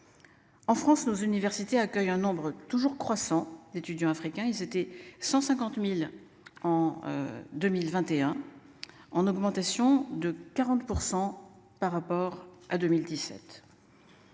En France, nos universités accueillent un nombre toujours croissant d'étudiants africains. Ils étaient 150.000 en. 2021. En augmentation de 40% par rapport à 2017.